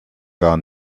gar